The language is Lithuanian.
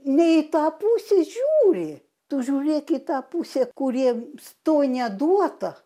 ne į tą pusę žiūri tu žiūrėk į tą pusę kuriems to neduota